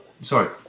Sorry